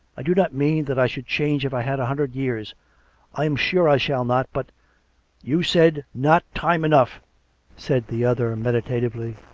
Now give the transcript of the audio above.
i do not mean that i should change if i had a hundred years i am sure i shall not. but you said, not time enough said the other medi tatively.